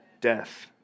Death